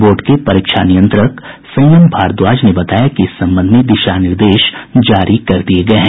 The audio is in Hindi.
बोर्ड के परीक्षा नियंत्रक संयम भारद्वाज ने बताया कि इस संबंध में दिशा निर्देश जारी कर दिये गये हैं